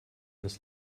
this